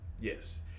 Yes